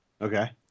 Okay